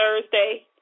Thursday